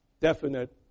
definite